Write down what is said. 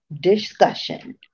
discussion